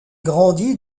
grandit